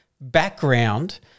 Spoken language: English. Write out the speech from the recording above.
background